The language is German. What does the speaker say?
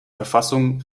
verfassung